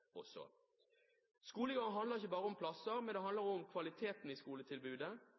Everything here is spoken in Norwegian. handler ikke bare om plasser, men det handler også om kvaliteten i skoletilbudet.